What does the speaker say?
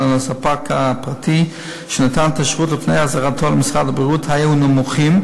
של הספק הפרטי שנתן את השירות לפני החזרתו למשרד הבריאות היו נמוכים,